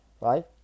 right